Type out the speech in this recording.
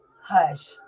hush